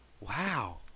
Wow